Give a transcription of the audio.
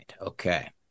Okay